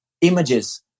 images